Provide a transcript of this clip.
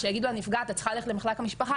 כשיגידו לנפגעת - את צריכה ללכת למחלק המשפחה,